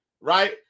right